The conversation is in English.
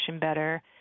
better